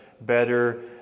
better